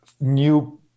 new